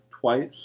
twice